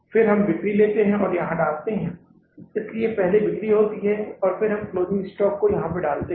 फिर हम बिक्री लेते हैं और यहां डालते हैं इसलिए पहले बिक्री होती है और फिर हम क्लोजिंग स्टॉक यहां डालते हैं